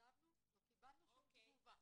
כתבתי ולא קיבלנו כל תגובה.